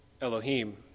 Elohim